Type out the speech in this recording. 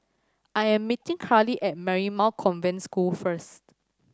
I am meeting Karli at Marymount Convent School first